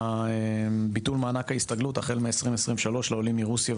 ביטול מענק ההסתגלות החל מ-2023 לעולים מרוסיה,